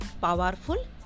powerful